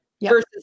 versus